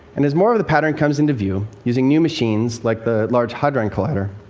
and as more of the pattern comes into view using new machines like the large hadron collider,